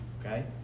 Okay